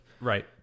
Right